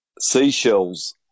seashells